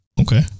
Okay